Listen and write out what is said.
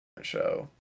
show